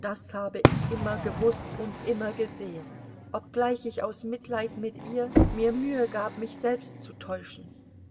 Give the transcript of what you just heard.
das habe ich immer gewußt und immer gesehen obgleich ich aus mitleid mit ihr mir mühe gab mich selbst zu täuschen